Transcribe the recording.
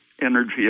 energy